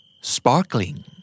Sparkling